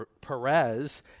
Perez